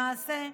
למעשה,